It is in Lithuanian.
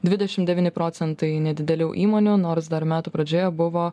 dvidešim devyni procentai nedidelių įmonių nors dar metų pradžioje buvo